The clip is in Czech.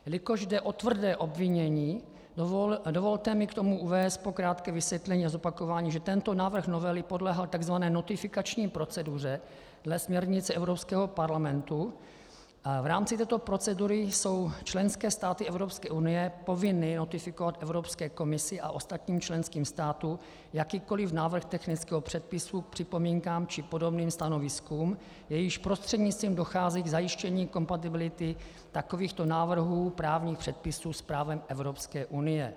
Jelikož jde o tvrdé obvinění, dovolte mi k tomu uvést krátké vysvětlení a zopakování, že tento návrh novely podléhá tzv. notifikační proceduře dle směrnice Evropského parlamentu a v rámci této procedury jsou členské státy Evropské unie povinny notifikovat Evropské komisi a ostatním členským státům jakýkoli návrh technického předpisu k připomínkám či podobným stanoviskům, jejichž prostřednictvím dochází k zajištění kompatibility takovýchto návrhů právních předpisů s právem Evropské unie.